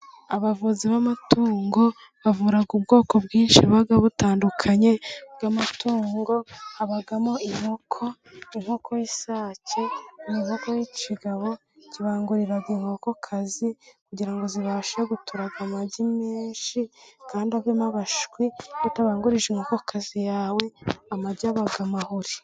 Abavuzi b'amatungo bavura ubwoko bwinshi buba butandukanye bw'amatungo. Habamo inkoko, inkoko y'isake ni inkoko y'ikigabo kibangurira inkokokazi, kugira ngo zibashe guturaga amagi menshi kandi avemo imishwi. Iyo utabangurije inkokazi yawe amagi aba amahuri.